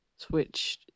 Switch